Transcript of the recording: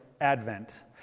Advent